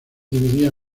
dividía